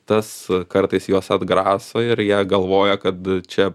tas kartais juos atgraso ir jie galvoja kad čia